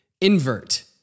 invert